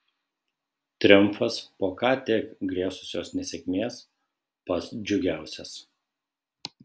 triumfas po ką tik grėsusios nesėkmės pats džiugiausias